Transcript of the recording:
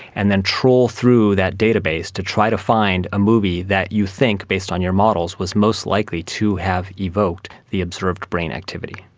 and then trawl through that database to try to find a movie that you think, based on your models, was most likely to have evoked the observed brain activity.